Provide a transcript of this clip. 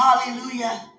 Hallelujah